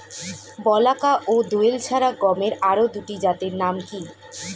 বলাকা ও দোয়েল ছাড়া গমের আরো দুটি জাতের নাম কি?